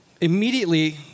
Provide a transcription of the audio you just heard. Immediately